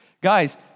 Guys